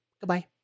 Goodbye